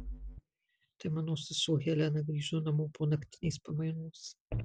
tai mano sesuo helena grįžo namo po naktinės pamainos